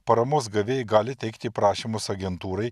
paramos gavėjai gali teikti prašymus agentūrai